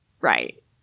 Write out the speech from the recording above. Right